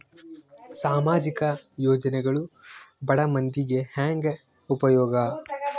ಸಾಮಾಜಿಕ ಯೋಜನೆಗಳು ಬಡ ಮಂದಿಗೆ ಹೆಂಗ್ ಉಪಯೋಗ?